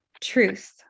Truth